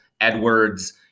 Edwards